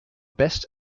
best